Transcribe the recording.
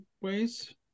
ways